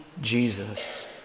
Jesus